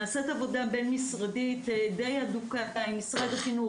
נעשית עבודה בין משרדית די הדוקה עם משרד החינוך,